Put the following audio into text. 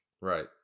Right